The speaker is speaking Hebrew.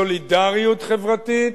סולידריות חברתית,